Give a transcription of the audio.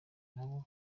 nabo